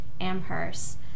Amherst